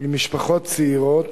עם משפחות צעירות